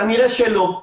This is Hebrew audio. כנראה שלא.